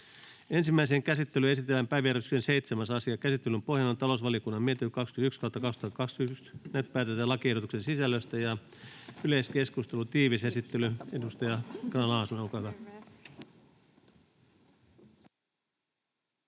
Ensimmäiseen käsittelyyn esitellään päiväjärjestyksen 7. asia. Käsittelyn pohjana on talousvaliokunnan mietintö TaVM 21/2021 vp. Nyt päätetään lakiehdotuksen sisällöstä. — Yleiskeskustelu, tiivis esittely, edustaja Grahn-Laasonen, olkaa hyvä.